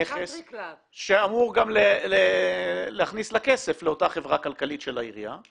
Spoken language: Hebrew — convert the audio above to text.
נכס שאמור גם להכניס לה כסף לאותה חברה כלכלית של העירייה,